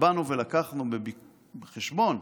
באנו ולקחנו בחשבון,